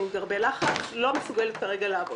אני כבר בלחץ, לא מסוגלת כרגע לעבוד.